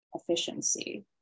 efficiency